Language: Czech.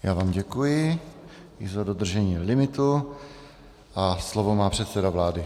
Já vám děkuji i za dodržení limitu a slovo má předseda vlády.